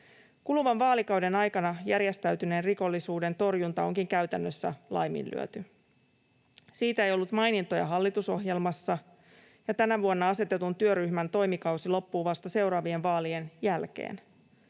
Kuluvan vaalikauden aikana järjestäytyneen rikollisuuden torjunta onkin käytännössä laiminlyöty. Siitä ei ollut mainintoja hallitusohjelmassa, ja tänä vuonna asetetun työryhmän toimikausi loppuu vasta seuraavien vaalien jälkeen.